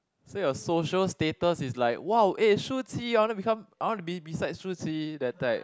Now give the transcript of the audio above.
so your social status is like !wow! eh shu qi I wanna become I wanna be beside shu qi that type